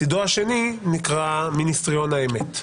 צידו השני נקרא "מיניסטריון האמת",